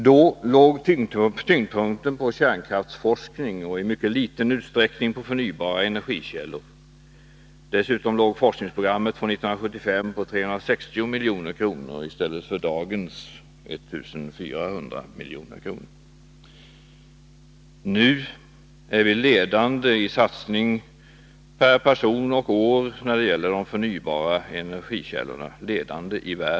Då låg tyngdpunkten på kärnkraftsforskning och mycket litet satsades på forskning om förnybara energikällor. Dessutom låg forskningsprogrammet från 1975 på 360 milj.kr. i stället för dagens 1 400 miljoner. Nu är vi ledande i världen i fråga om statlig satsning per person och år när det gäller de förnybara energikällorna.